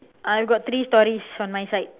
I got three stories on my side